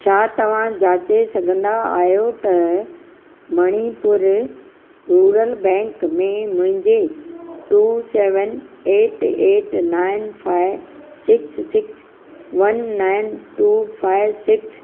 छा तव्हां जाचे सघंदा आहियो त मणिपुर रुरल बैंक में मुंहिंजे two seven eight eight nine five six six one nine two five six